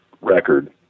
record